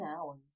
hours